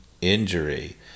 injury